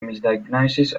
misdiagnoses